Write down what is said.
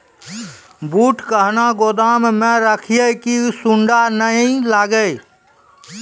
बूट कहना गोदाम मे रखिए की सुंडा नए लागे?